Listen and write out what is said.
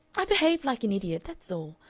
i behaved like an idiot, that's all.